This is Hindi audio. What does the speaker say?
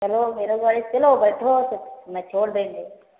चलो मेरे गाड़ी में चलो बैठो मैं छोड़ देंगे